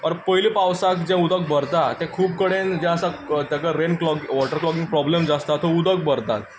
ओर पयलें पावसाक जें उदक भरता तें खूब कडेन जें आसा ताका rain clog water clogging problem जें आसता थंय उदक भरता